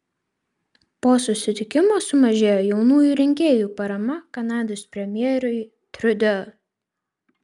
po susitikimo sumažėjo jaunųjų rinkėjų parama kanados premjerui trudeau